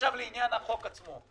עכשיו לעניין החוק עצמו,